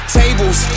tables